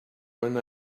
when